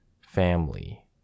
family